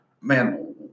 man